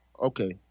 okay